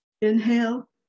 inhale